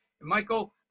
Michael